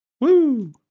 Woo